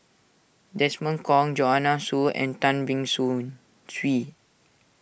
Desmond Kon Joanne Soo and Tan Beng Swee